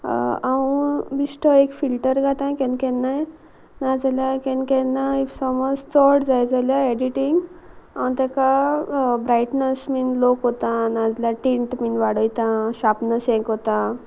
हांव बिश्ट एक फिल्टर घातां केन्ना केन्नाय नाजाल्यार केन्ना केन्नाय इफ समोज चड जाय जाल्यार एडिटींग हांव तेका ब्रायटनस बीन लो कोता नाजाल्यार टिंट बीन वाडयता शार्पनस हें कोता